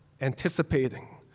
anticipating